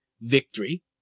victory